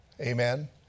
Amen